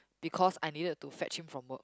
because I needed to fetch him from work